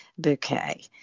Bouquet